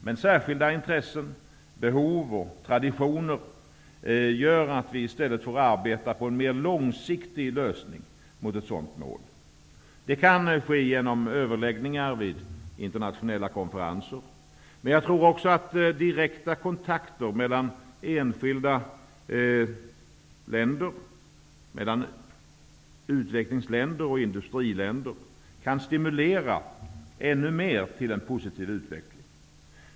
Men särskilda intressen, behov och traditioner gör att vi i stället får arbeta på en mera långsiktig lösning i riktning mot ett sådant mål. Det kan ske genom överläggningar vid internationella konferenser. Men jag tror också att direkta kontakter mellan enskilda utvecklingsländer och industriländer ännu mera kan stimulera till en positiv utveckling.